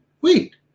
Wait